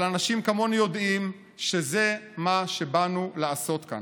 אבל אנשים כמוני יודעים שזה מה שבאנו לעשות כאן.